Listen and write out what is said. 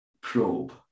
probe